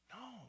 No